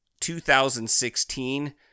2016